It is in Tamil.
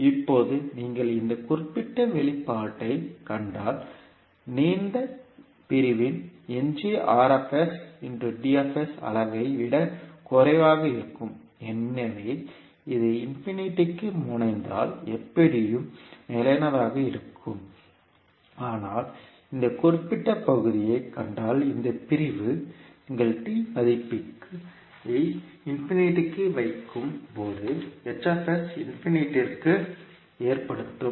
இப்போது நீங்கள் இந்த குறிப்பிட்ட வெளிப்பாட்டைக் கண்டால் நீண்ட பிரிவின் எஞ்சிய R D அளவை விடக் குறைவாக இருக்கும் எனவே இது இன்ஃபினிட்டிக்கு முனைந்தால் எப்படியும் நிலையானதாக இருக்கும் ஆனால் இந்த குறிப்பிட்ட பகுதியைக் கண்டால் இந்த பிரிவு நீங்கள் t மதிப்பை இன்ஃபினிட்டிக்கு வைக்கும் போது இன்ஃபினிட்டிக்கு ஏற்படுத்தும்